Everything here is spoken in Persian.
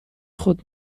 خود